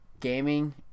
gaming